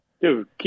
Dude